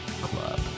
Club